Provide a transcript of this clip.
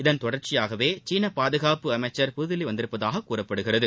இதன் தொடர்ச்சியாகவே சீன பாதுகாப்பு அமைச்சர் புதுதில்லி வந்திருப்பதாக கூறப்படுகிறது